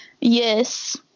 Yes